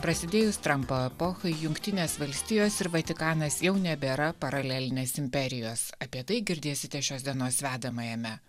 prasidėjus trampo epochai jungtinės valstijos ir vatikanas jau nebėra paralelinės imperijos apie tai girdėsite šios dienos vedamajame